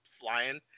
flying